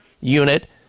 unit